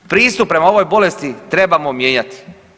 Pristup prema ovoj bolesti trebamo mijenjati.